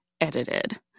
edited